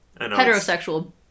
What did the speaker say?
heterosexual